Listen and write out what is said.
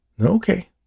Okay